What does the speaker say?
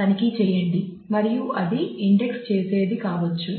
తనిఖీ చేయండి మరియు అది ఇండెక్స్ చేసేది కావొచ్చు